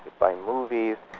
by movies,